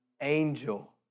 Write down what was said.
angel